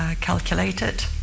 calculated